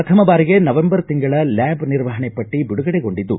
ಪ್ರಥಮ ಬಾರಿಗೆ ನವೆಂಬರ್ ತಿಂಗಳ ಲ್ಯಾಬ್ ನಿರ್ವಹಣೆ ಪಟ್ಟ ಬಿಡುಗಡೆಗೊಂಡಿದ್ದು